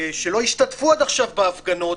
הם לא השתתפו עד עכשיו בהפגנות,